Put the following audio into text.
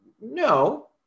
no